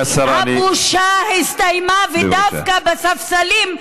והיא דווקא, את פרא, פרא אדם.